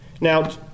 Now